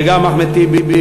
וגם אחמד טיבי,